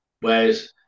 whereas